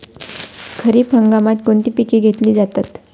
खरीप हंगामात कोणती पिके घेतली जातात?